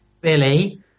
Billy